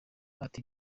ati